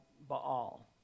Baal